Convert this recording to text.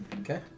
Okay